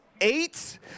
Eight